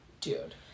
dude